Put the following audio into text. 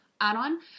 add-on